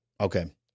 Okay